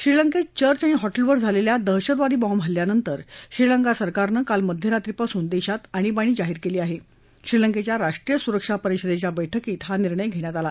श्रीलंक्ती church आणि हॉटच्विर झालख्वि दहशतवादी बॉम्ब हल्यानंतर श्रीलंका सरकारन काल मध्यरात्रीपासून दश्वित आणीबाणी जाहीर क्ळी आह अीलंक्छ्या राष्ट्रीय सुरक्षा परिषदछ्या बैठकीत हा निर्णय घखत आला